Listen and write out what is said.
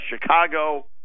Chicago